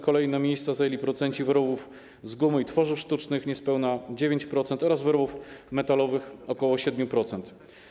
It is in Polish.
Kolejne miejsca zajęli producenci wyrobów z gumy i tworzyw sztucznych - niespełna 9%, oraz wyrobów metalowych - ok. 7%.